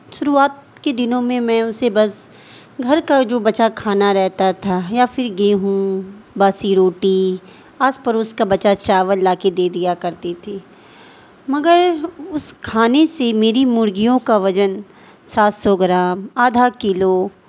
شروعات کے دنوں میں میں اسے بس گھر کا جو بچا کھانا رہتا تھا یا پھر گیہوں باسی روٹی آس پڑوس کا بچا چاول لا کے دے دیا کرتی تھی مگر اس کھانے سے میری مرغیوں کا وزن سات سو گرام آدھا کلو